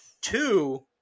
Two